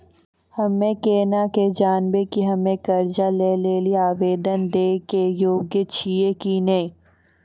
हम्मे केना के जानबै कि हम्मे कर्जा लै लेली आवेदन दै के योग्य छियै कि नै?